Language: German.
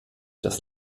das